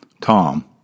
Tom